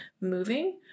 moving